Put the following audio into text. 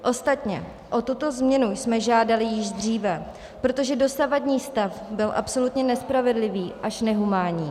Ostatně jsme o tuto změnu žádali již dříve, protože dosavadní stav byl absolutně nespravedlivý až nehumánní.